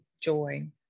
joy